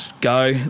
go